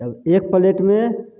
आओर एक प्लेटमे